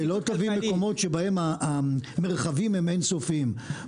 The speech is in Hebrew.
ולא תוביל למקומות שבהם המרחבים הם אין סופיים.